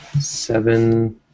seven